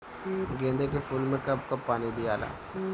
गेंदे के फूल मे कब कब पानी दियाला?